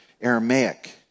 Aramaic